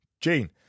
gene